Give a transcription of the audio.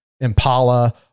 Impala